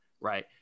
Right